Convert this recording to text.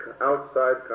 outside